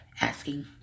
asking